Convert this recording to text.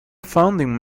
founding